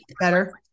better